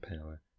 power